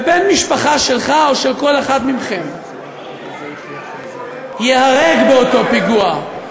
ובן משפחה שלך או של כל אחד מכם ייהרג באותו פיגוע,